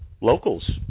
locals